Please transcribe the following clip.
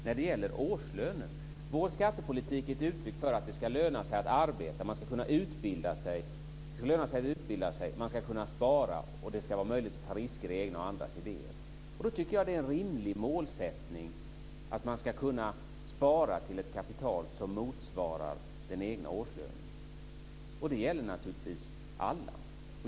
När det gäller årslönen vill jag säga att vår skattepolitik är ett uttryck för att det ska löna sig att arbeta. Det ska löna sig att utbilda sig. Man ska kunna spara, och det ska vara möjligt att ta risker i egna och andras idéer. Då tycker jag att det är en rimlig målsättning att man ska kunna spara till ett kapital som motsvarar den egna årslönen. Det gäller naturligtvis alla.